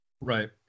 Right